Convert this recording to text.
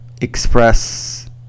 express